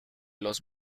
los